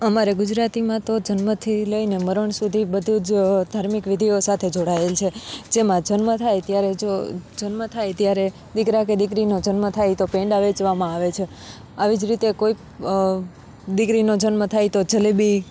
અમારે ગુજરાતીમાં તો જન્મથી લઈને મરણ સુધી બધું જ ધાર્મિક વિધિઓ સાથે જોડાયેલ છે જેમાં જન્મ થાય ત્યારે જો જન્મ થાય ત્યારે દીકરા કે દીકરીનો જન્મ થાય તો પેંડા વહેંચવામાં આવે છે આવી જ રીતે કોઈક દીકરીનો જન્મ થાય તો જલેબી